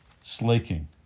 Slaking